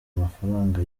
amafaranga